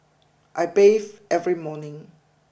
I bathe every morning